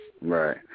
Right